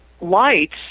lights